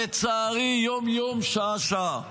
לצערי, יום-יום, שעה-שעה.